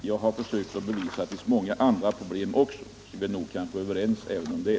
Jag har försökt att visa att det dessutom finns många andra problem, och vi är kanske överens även om det.